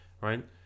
right